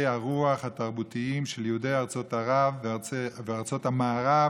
הרוח התרבותיים של יהודי ארצות ערב וארצות המערב,